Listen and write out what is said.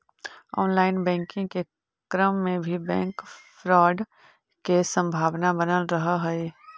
online banking के क्रम में भी बैंक फ्रॉड के संभावना बनल रहऽ हइ